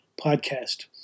podcast